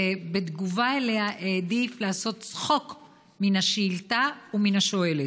ובתגובה עליה הוא העדיף לעשות צחוק מן השאילתה ומן השואלת.